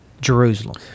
Jerusalem